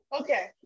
okay